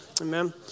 Amen